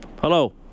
Hello